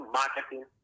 marketing